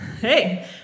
Hey